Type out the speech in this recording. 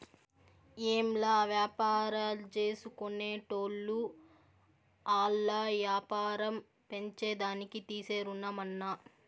ఏంలా, వ్యాపారాల్జేసుకునేటోళ్లు ఆల్ల యాపారం పెంచేదానికి తీసే రుణమన్నా